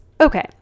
Okay